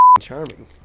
charming